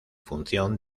función